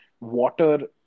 water